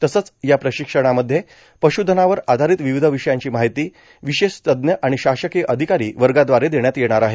तसंच या प्रशिक्षणामध्ये पशुधनावर आधारित विविध विषयांची माहिती विशेष तज्ज्ञ आणि शासकीय अधिकारी वर्गाद्वारे देण्यात येणार आहे